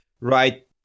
Right